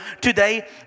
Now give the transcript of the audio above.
today